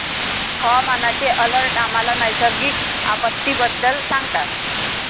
हवामानाचे अलर्ट आम्हाला नैसर्गिक आपत्तींबद्दल सांगतात